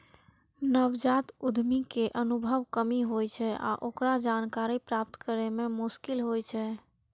नवजात उद्यमी कें अनुभवक कमी होइ छै आ ओकरा जानकारी प्राप्त करै मे मोश्किल होइ छै